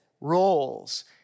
roles